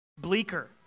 bleaker